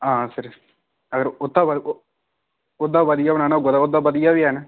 हां सर अगर ओह्दे बद्ध ओह्दे हा बधिया बनाना होगा तां ओह्दे हा बधिया बी हैन